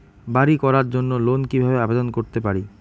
বাড়ি করার জন্য লোন কিভাবে আবেদন করতে পারি?